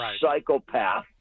psychopath